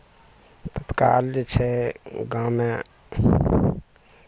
तत्काल जे छै गाँवमे